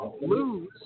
lose